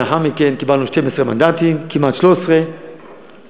כמה אחוזים בציבור הלא-דתי,